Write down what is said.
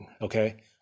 okay